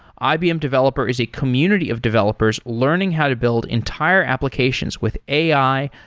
ibm developer is a community of developers learning how to build entire applications with ai,